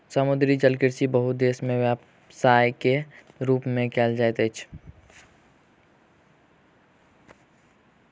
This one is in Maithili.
समुद्री जलकृषि बहुत देस में व्यवसाय के रूप में कयल जाइत अछि